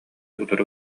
утары